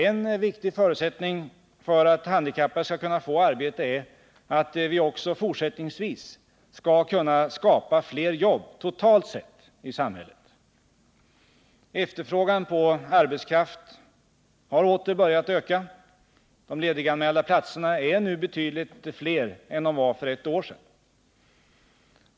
En viktig förutsättning för att handikappade skall kunna få arbete är att vi också fortsättningsvis skall kunna skapa fler jobb totalt sett i samhället. Efterfrågan på arbetskraft har åter börjat öka. De lediganmälda platserna är nu betydligt fler än de var för ett år sedan.